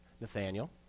Nathaniel